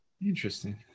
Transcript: Interesting